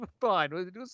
fine